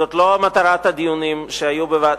זאת לא מטרת הדיונים שהיו בוועדת,